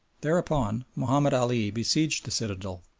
thereupon mahomed ali besieged the citadel,